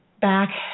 back